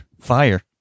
fire